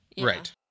Right